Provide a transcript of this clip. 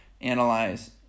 analyze